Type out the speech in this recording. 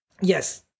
Yes